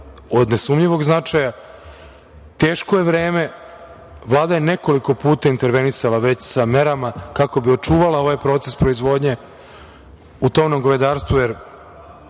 od nesumnjivog značaja, teško je vreme. Vlada je nekoliko puta intervenisala, već sa merama kako bi očuvala ovaj proces proizvodnje u tovnom govedarstvu, jer